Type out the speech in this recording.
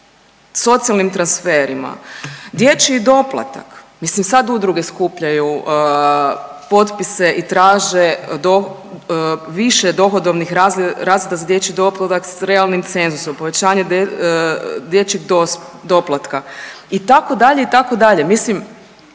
socijalnim transferima, dječji doplatak, mislim sad udruge skupljaju potpise i traže više dohodovnih razreda za dječji doplatak s realnim cenzusom povećanje dječjeg doplatka, itd., itd..